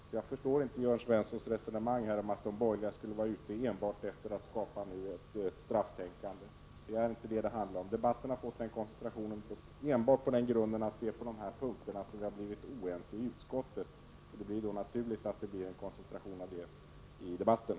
Så jag förstår inte Jörn Svenssons resonemang om att de borgerliga enbart skulle vara ute efter att skapa ett strafftänkande. Det är inte detta det handlar om. Debatten har koncentrerats till frågan om kriminalisering enbart på den grunden att det är på den punkten som vi har blivit oense i utskottet. Det är då naturligt att det blir en koncentration på detta i debatten.